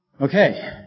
Okay